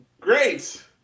great